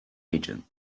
agent